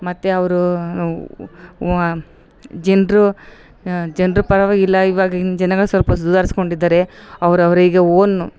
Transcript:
ಮತ್ತು ಅವರು ವ್ವ ಜನ್ರು ಜನ್ರ ಪರವಾಯಿಲ್ಲ ಇವಾಗಿನ ಜನರ ಸ್ವಲ್ಪ ಸುಧಾರಿಸ್ಕೊಂಡಿದ್ದರೆ ಅವ್ರ ಅವರಿಗಾ ಓನ್